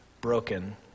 broken